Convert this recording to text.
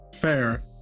fair